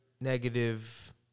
negative